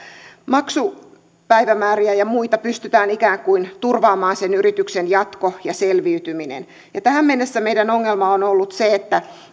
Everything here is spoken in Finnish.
maksupäivämääriä ja muita pystytään ikään kuin turvaamaan sen yrityksen jatko ja selviytyminen tähän mennessä meidän ongelmamme on ollut se että